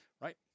Right